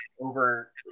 over